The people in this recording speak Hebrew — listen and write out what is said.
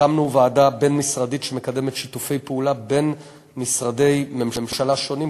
הקמנו ועדה בין-משרדית שמקדמת שיתופי פעולה בין משרדי ממשלה שונים,